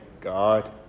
God